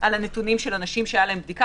על הדבקה